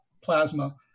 plasma